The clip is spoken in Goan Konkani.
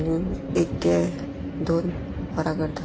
आनी एक ते दोन वरां करता